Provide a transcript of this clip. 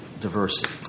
diversity